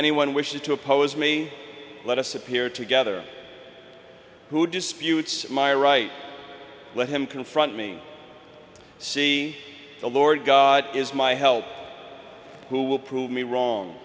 anyone wishes to oppose me let us appear together who disputes my right let him confront me see the lord god is my help who will prove me wrong